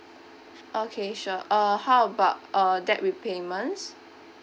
okay sure uh how about uh debt repayments